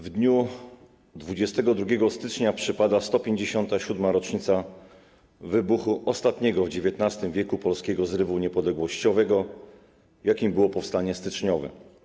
W dniu 22 stycznia przypada 157. rocznica wybuchu ostatniego w XIX w. polskiego zrywu niepodległościowego, jakim było powstanie styczniowe.